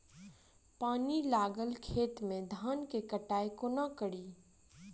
पानि लागल खेत मे धान केँ कटाई कोना कड़ी?